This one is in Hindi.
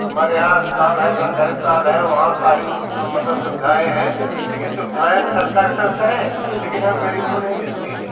हमारे यहाँ अस्पताल है सरकारी ताल है वहाँ सारी मतलब सुविधाएँ हैं लेकिन सुविधाएँ तो सरकार तरफ से हैं लेकिन हम गरीबों को नहीं मिलती हैं